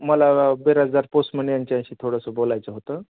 मला बिरासदार पोसमन यांंच्याशी थोडंसं बोलायचं होतं